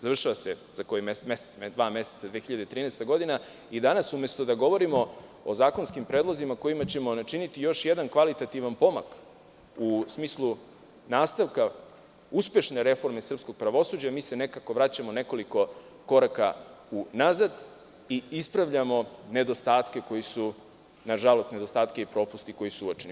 Završava se za dva meseca 2013. godina i danas umesto da govorimo o zakonskim predlozima kojima ćemo načiniti još jedan kvalitativan pomak u smislu nastavka uspešne reforme srpskog pravosuđa, mi se nekako vraćamo nekoliko koraka unazad i ispravljamo nedostatke i propuste koji su uočeni.